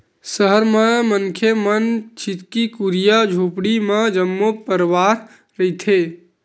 सहर म मनखे मन छितकी कुरिया झोपड़ी म जम्मो परवार रहिथे